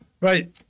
right